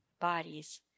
bodies